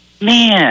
man